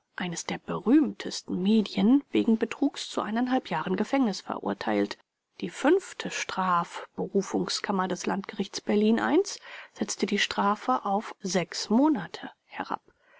eins der berühmtesten medien wegen betruges zu jahren gefängnis verurteilt die fünfte straf berufungs kammer des landgerichts berlin i setzte die strafe auf monate herab